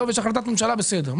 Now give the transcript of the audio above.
עזוב, יש החלטת ממשלה בסדר.